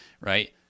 right